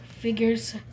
figures